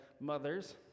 mothers